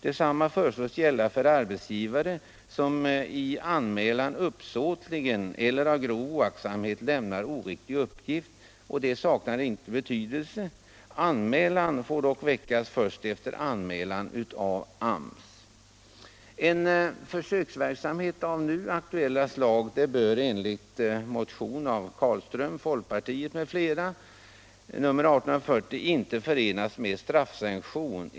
Detsamma föreslås gälla för arbetsgivare som i anmälan uppsåtligen eller av grov oaktsamhet lämnar oriktig uppgift, vilken ej saknar betydelse. Allmänt åtal får dock väckas först efter anmälan av AMS. En försöksverksamhet av nu aktuellt slag bör enligt motionen 1840 av herr Carlström m.fl. inte förenas med straffsanktion.